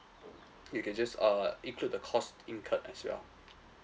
you can just err include the cost incurred as well